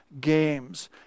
games